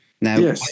Now